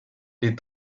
les